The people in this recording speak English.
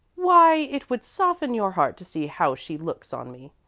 why, it would soften your heart to see how she looks on me.